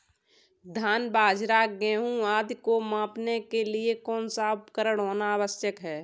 धान बाजरा गेहूँ आदि को मापने के लिए कौन सा उपकरण होना आवश्यक है?